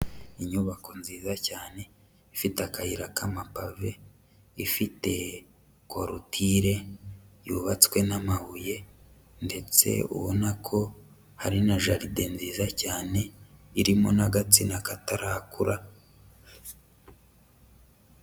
Inyubako nziza cyane ifite akayira k'amapave, ifite korutire yubatswe n'amabuye ndetse ubona ko hari na jaride nziza cyane irimo n'agatsina katarakura.